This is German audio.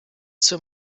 zur